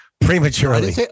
prematurely